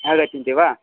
आगच्छन्ति वा